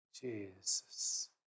Jesus